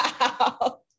Wow